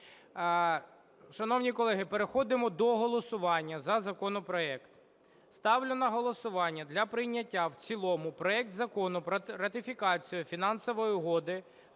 Шановні колеги, переходимо до голосування за законопроект. Ставлю на голосування для прийняття в цілому проект Закону про ратифікацію Фінансової угоди